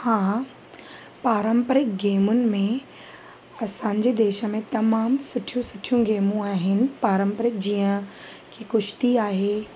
हा पारंपरिक गेमुनि में असांजे देश में तमामु सुठियूं सुठियूं गेमूं आहिनि पारंपरिक जीअं की कुश्ती आहे